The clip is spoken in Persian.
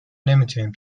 نمیتونیم